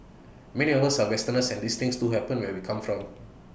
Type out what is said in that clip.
many of us are Westerners and these things do happen where we come from